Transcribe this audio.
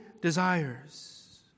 desires